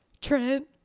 Trent